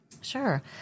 Sure